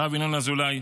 הרב ינון אזולאי,